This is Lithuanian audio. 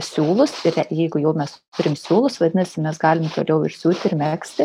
siūlus jeigu jau mes turim siūlus vadinasi mes galim toliau ir siūti ir megzti